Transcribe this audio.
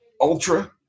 Ultra